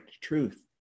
truth